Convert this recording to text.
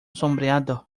sombreado